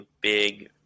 big